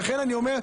לכן אני אומר,